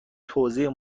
توزیع